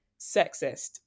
sexist